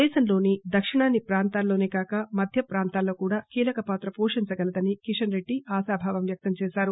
దేశంలోని దక్షిణాది ప్రాంతాల్లోనే కాక మధ్య ప్రాంతాల్లో కూడా కీలక పాత్ర పోషించగలదని కిషన్ రెడ్డి ఆశాభావం వ్యక్తం చేశారు